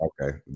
okay